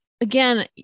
again